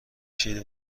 شیر